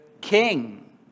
king